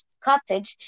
cottage